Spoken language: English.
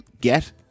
get